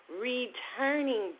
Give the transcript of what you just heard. Returning